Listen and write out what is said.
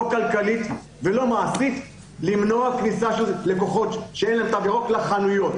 לא כלכלית ולא מעשית למנוע כניסה של לקוחות שאין להם תו ירוק לחנויות.